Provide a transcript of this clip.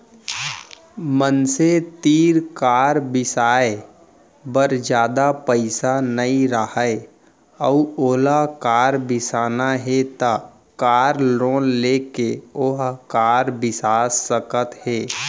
मनसे तीर कार बिसाए बर जादा पइसा नइ राहय अउ ओला कार बिसाना हे त कार लोन लेके ओहा कार बिसा सकत हे